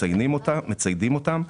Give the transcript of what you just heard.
מציידים אותם,